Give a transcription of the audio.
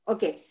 Okay